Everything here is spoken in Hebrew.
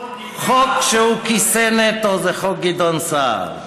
חוק שהוא כיסא נטו זה חוק גדעון סער.